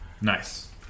Nice